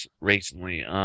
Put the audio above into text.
recently